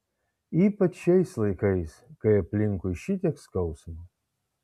ypač šiais laikais kai aplinkui šitiek skausmo